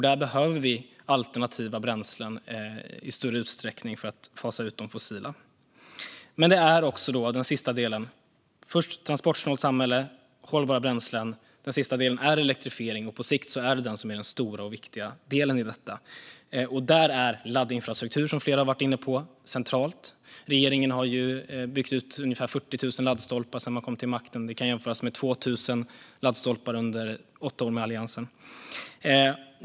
Där behöver vi alternativa bränslen i större utsträckning för att fasa ut de fossila. Först är det ett transportsnålt samhälle och hållbara bränslen. Den sista delen är elektrifiering, och på sikt är det den som är den stora och viktiga delen i detta. Där är laddinfrastruktur, som flera har varit inne på, centralt. Regeringen har byggt ut ungefär 40 000 laddstolpar sedan den kom till makten. Det kan jämföras med 2 000 laddstolpar under åtta år med Alliansen.